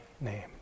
name